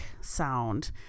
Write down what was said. sound